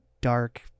dark